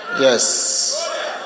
Yes